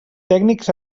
tècnics